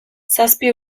zazpi